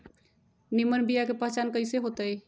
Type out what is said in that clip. निमन बीया के पहचान कईसे होतई?